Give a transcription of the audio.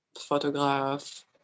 photograph